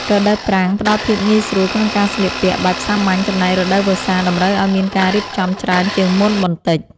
រដូវប្រាំងផ្តល់ភាពងាយស្រួលក្នុងការស្លៀកពាក់បែបសាមញ្ញចំណែករដូវវស្សាតម្រូវឱ្យមានការរៀបចំច្រើនជាងមុនបន្តិច។